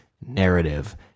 narrative